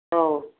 औ